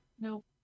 Nope